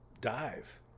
dive